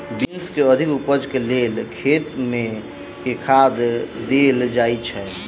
Beans केँ अधिक उपज केँ लेल खेत मे केँ खाद देल जाए छैय?